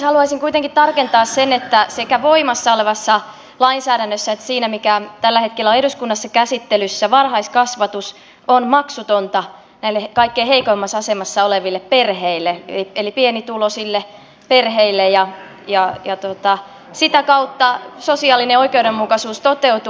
haluaisin kuitenkin tarkentaa sen että sekä voimassa olevassa lainsäädännössä että siinä mikä tällä hetkellä on eduskunnassa käsittelyssä varhaiskasvatus on maksutonta näille kaikkein heikoimmassa asemassa oleville perheille eli pienituloisille perheille ja sitä kautta sosiaalinen oikeudenmukaisuus toteutuu